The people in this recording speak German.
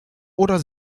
oder